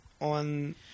on